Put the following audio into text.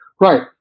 Right